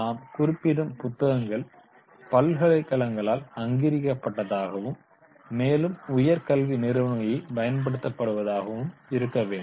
நாம் குறிப்பிடும் புத்தகங்கள் பல்கலைக்கழகங்களால் அங்கிகரிக்கப்பட்டதாகவும் மேலும் உயர் கல்வி நிறுவனங்களில் பயன்படுத்தப்படுவதாகவும் இருக்க வேண்டும்